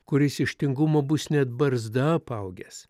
kuris iš tingumo bus net barzda apaugęs